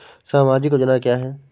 सामाजिक योजना क्या है?